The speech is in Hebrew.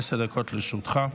עשר דקות לרשותך.